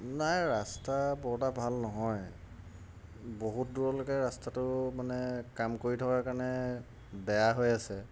নাই ৰাস্তা বৰ এটা ভাল নহয় বহুত দূৰলৈকে ৰাস্তাটো মানে কাম কৰি থকাৰ কাৰণে বেয়া হৈ আছে